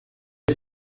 por